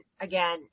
again